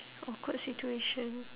awkward situation